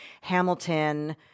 Hamilton –